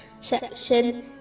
section